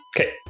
Okay